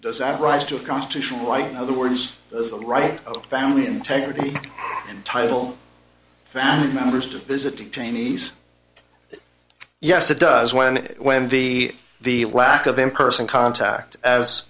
does that rise to a constitutional right other words the right oh family integrity title family members to visit detainees yes it does when when be the lack of and person contact as